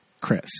Chris